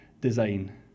design